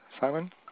Simon